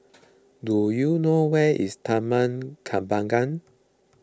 do you know where is Taman Kembangan